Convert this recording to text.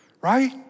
right